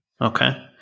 Okay